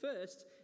first